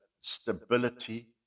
stability